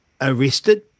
arrested